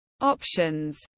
options